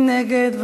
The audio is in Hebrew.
מי נגד?